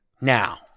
now